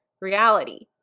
reality